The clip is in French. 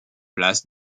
place